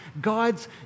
God's